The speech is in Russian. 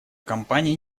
компании